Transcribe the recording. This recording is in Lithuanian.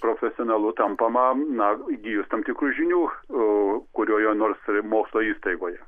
profesionalu tampama na įgijus tam tikrų žinių o kurioje nors mokslo įstaigoje